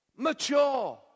mature